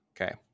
Okay